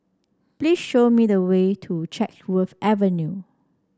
please show me the way to Chatsworth Avenue